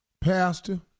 Pastor